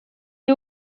est